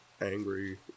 angry